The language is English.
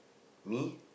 me